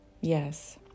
Yes